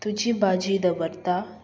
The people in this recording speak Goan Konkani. तुजी भाजी दवरता